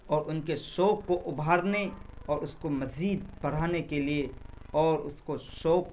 اور ان کے شوق کو ابھارنے اور اس کو مزید پڑھانے کے لیے اور اس کو شوق